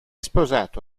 sposato